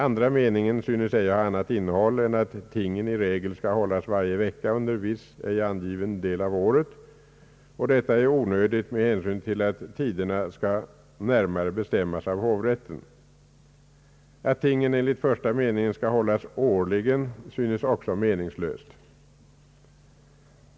Andra meningen synes ej ha annat innehåll än att tingen i regel skall hållas varje vecka under viss, ej angiven del av året, och detta är onödigt med hänsyn till att tiderna skall närmare bestämmas av hovrätten. Att tingen enligt första meningen skall hållas »årligen» synes också meningslöst.